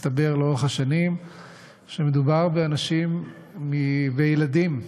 הסתבר לאורך השנים שמדובר באנשים, בילדים,